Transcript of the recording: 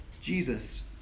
Jesus